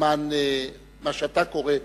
מזמן מה שאתה קורא הכיבוש,